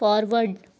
forward